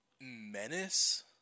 menace